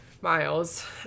miles